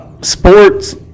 Sports